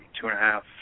two-and-a-half